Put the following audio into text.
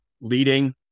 leading